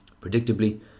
Predictably